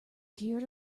cured